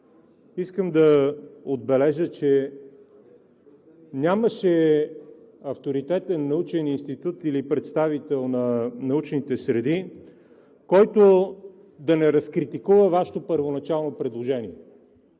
искам да отбележа, че нямаше авторитетен научен институт или представител на научните среди, който да не разкритикува Вашето първоначално предложение.